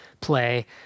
play